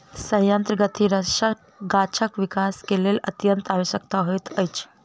सयंत्र ग्रंथिरस गाछक विकास के लेल अत्यंत आवश्यक होइत अछि